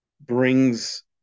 Brings